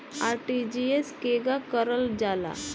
RTGS केगा करलऽ जाला?